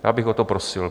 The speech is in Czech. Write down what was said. Já bych o to prosil.